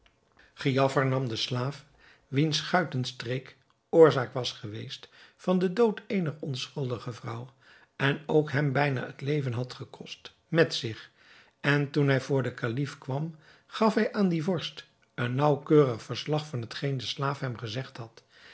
giafar nam den slaaf wiens guitenstreek oorzaak was geweest van den dood eener onschuldige vrouw en ook hem bijna het leven had gekost met zich en toen hij voor den kalif kwam gaf hij aan dien vorst een naauwkeurig verslag van hetgeen de slaaf hem gezegd had